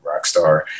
Rockstar